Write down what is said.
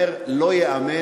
אומר: לא ייאמן,